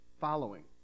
following